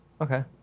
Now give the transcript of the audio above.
Okay